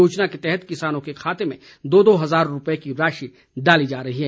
योजना के तहत किसानों के खाते में दो दो हज़ार रूपये की राशि डाली जा रही है